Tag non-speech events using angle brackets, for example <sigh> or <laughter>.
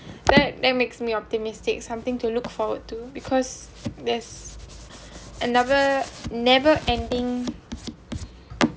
<breath> that that makes me optimistic something to look forward to because there's another never ending